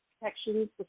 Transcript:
protection